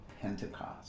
Pentecost